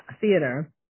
theater